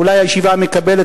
אולי הישיבה מקבלת,